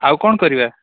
ଆଉ କ'ଣ କରିବା